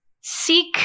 seek